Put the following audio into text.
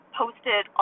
posted